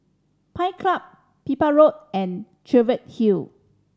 Pines Club Pipit Road and Cheviot Hill